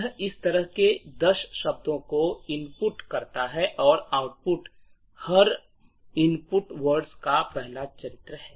यह इस तरह के दस शब्दों को इनपुट करता है और आउटपुट हर इनपुट वर्ड का पहला चरित्र है